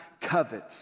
covet